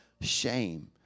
shame